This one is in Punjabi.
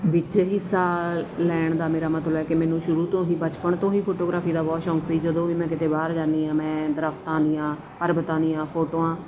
ਵਿੱਚ ਹਿੱਸਾ ਲੈਣ ਦਾ ਮੇਰਾ ਮਤਲਬ ਹੈ ਕਿ ਮੈਨੂੰ ਸ਼ੁਰੂ ਤੋਂ ਹੀ ਬਚਪਨ ਤੋਂ ਹੀ ਫੋਟੋਗ੍ਰਾਫੀ ਦਾ ਬਹੁਤ ਸ਼ੌਂਕ ਸੀ ਜਦੋਂ ਵੀ ਮੈਂ ਕਿਤੇ ਬਾਹਰ ਜਾਂਦੀ ਹਾਂ ਮੈਂ ਦਰੱਖਤਾਂ ਦੀਆਂ ਪਰਬਤਾਂ ਦੀਆਂ ਫੋਟੋਆਂ